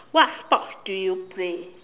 what sports do you play